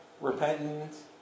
repentance